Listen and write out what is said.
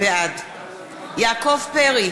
בעד יעקב פרי,